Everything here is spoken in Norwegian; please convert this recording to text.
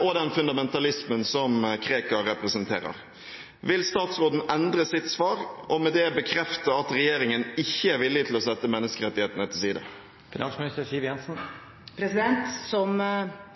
og den fundamentalismen som Krekar representerer. Vil statsråden endre sitt svar og med det bekrefte at regjeringen ikke er villig til å sette menneskerettighetene til side?» Som